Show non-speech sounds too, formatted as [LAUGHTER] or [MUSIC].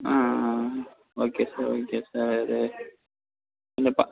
ஆ ஆ ஆ okay sir okay sir [UNINTELLIGIBLE] இல்லை பா